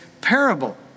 parable